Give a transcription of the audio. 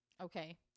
Okay